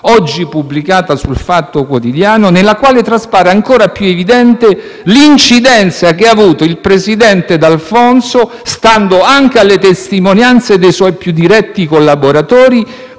oggi pubblicata su «il Fatto Quotidiano», nella quale traspare ancora più evidente l'incidenza che ha avuto il presidente D'Alfonso, stando anche alle testimonianze dei suoi più diretti collaboratori,